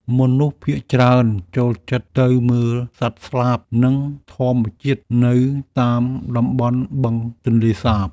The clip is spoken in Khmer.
មនុស្សភាគច្រើនចូលចិត្តទៅមើលសត្វស្លាប និងធម្មជាតិនៅតាមតំបន់បឹងទន្លេសាប។